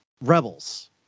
rebels